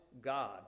god